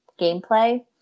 gameplay